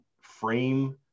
frame